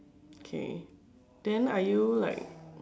okay then are you like